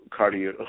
cardio